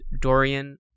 Dorian